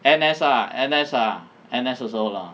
N_S ah N_S ah N_S also lah